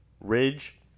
ridge